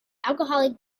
alcoholic